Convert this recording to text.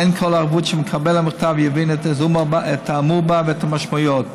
אין כל ערבות שמקבל המכתב יבין את האמור בו ואת המשמעויות.